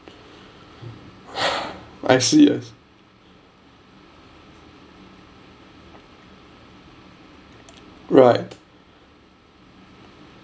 I see I see right